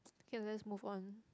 okay let's move on